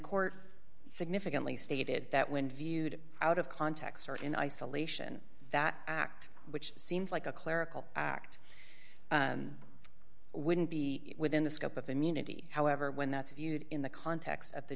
court significantly stated that when viewed out of context or in isolation that act which seems like a clerical act wouldn't be within the scope of immunity however when that's viewed in the context of the